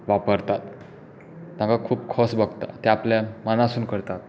वापरतात म्हाका खूब खोस भोगता ते आपल्याक मनासून करतात